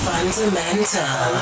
Fundamental